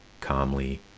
calmly